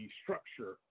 structure